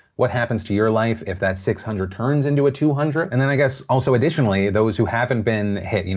what happens to your life? if that six hundred turns into a two hundred. and then i guess also, additionally, those who haven't been hit,